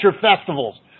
festivals